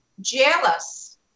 jealous